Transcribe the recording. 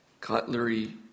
cutlery